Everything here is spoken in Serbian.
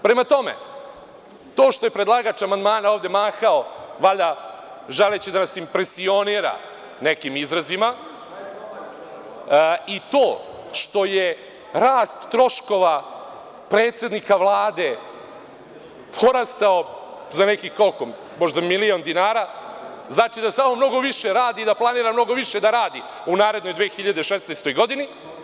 Prema tome, to što je predlagač amandmana ovde mahao, valjda želeći da nas impresionira nekim izrazima, i to što je rast troškova predsednika Vlade porastao za nekih, koliko, možda milion dinara, znači da samo mnogo više radi i da planira mnogo više da radi u narednoj 2016. godini.